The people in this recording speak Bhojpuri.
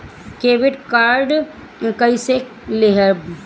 क्रेडिट कार्ड कईसे लेहम?